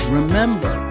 Remember